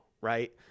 Right